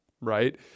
Right